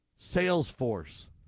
Salesforce